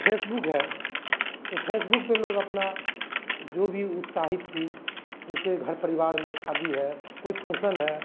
Facebook है तो Facebook पर लोग अपना जो भी उत्साहित चीज़ जैसे घर परिवार में शादी है कोई फंक्सन है